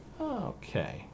Okay